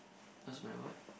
what's my what